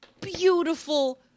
beautiful